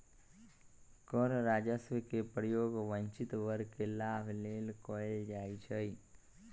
कर राजस्व के प्रयोग वंचित वर्ग के लाभ लेल कएल जाइ छइ